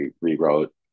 rewrote